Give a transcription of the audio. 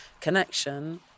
connection